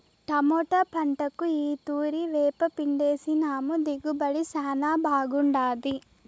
tomato పంటకు ఈ తూరి వేపపిండేసినాము దిగుబడి శానా బాగుండాది